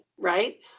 right